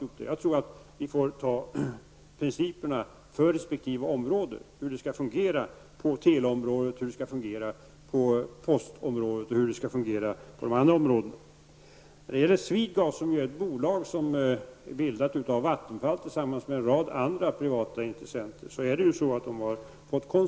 För min del tror jag att vi får diskutera principerna för resp. område, dvs. hur det skall fungera på teleområdet, postområdet och de andra områdena. När det gäller Swedegas AB, som ju är ett bolag som har bildats av Vattenfall och en rad andra, privata intressenter, har det ju lämnats koncession.